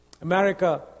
America